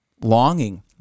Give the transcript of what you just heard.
longing